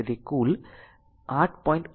તેથી કુલ 8